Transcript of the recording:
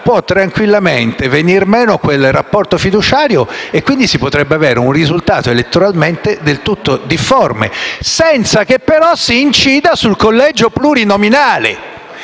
può tranquillamente venir meno quel rapporto fiduciario e si potrebbe avere un risultato elettoralmente del tutto difforme, senza che si incida sul collegio plurinominale.